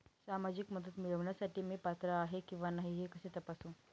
सामाजिक मदत मिळविण्यासाठी मी पात्र आहे किंवा नाही हे कसे तपासू?